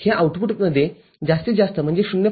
हे आउटपुटमध्ये जास्तीत जास्त म्हणजे 0